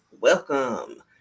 Welcome